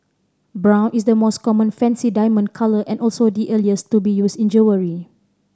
brown is the most common fancy diamond colour and also the earliest to be used in jewellery